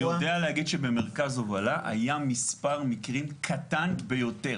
אני יודע להגיד שבמרכז הובלה היה מספר מקרים קטן ביותר,